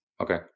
okay